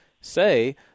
say